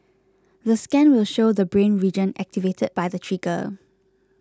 the scan will show the brain region activated by the trigger